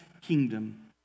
kingdom